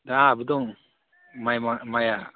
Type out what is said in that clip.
दा आंहाबो दं माइआ